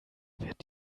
wird